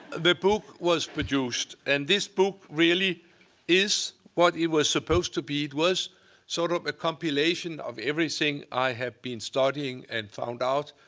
the book was produced. and this book really is what it was supposed to be. it was sort of a compilation of everything i had been studying and found out,